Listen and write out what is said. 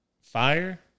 Fire